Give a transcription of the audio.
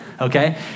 okay